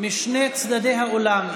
משני צידי האולם.